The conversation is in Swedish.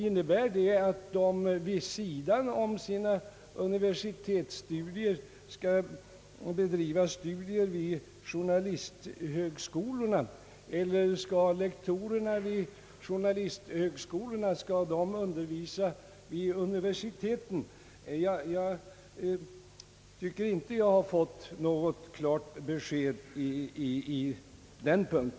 Innebär det att de vid sidan av sina universitetsstudier skall bedriva studier vid journalisthögskolorna, eller skall lektorerna vid journalisthögskolorna undervisa vid universiteten? Jag tycker inte att jag fått något klart besked på denna punkt.